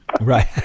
Right